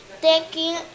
taking